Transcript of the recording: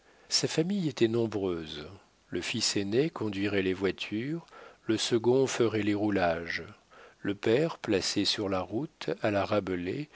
sa famille était nombreuse le fils aîné conduirait les voitures le second ferait les roulages le père placé sur la route à la rabelaye